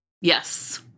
yes